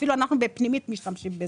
אפילו אנחנו בפנימית משתמשים בזה.